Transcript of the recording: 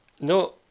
No